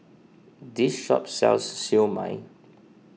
this shop sells Siew Mai